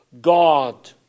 God